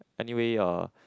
anyway uh